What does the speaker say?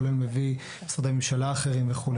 כולל מביא משרדי ממשלה אחרים וכו'.